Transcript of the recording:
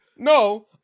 No